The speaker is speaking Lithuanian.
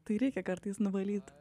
tai reikia kartais nuvalyt